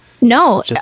No